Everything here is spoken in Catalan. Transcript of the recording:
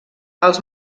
els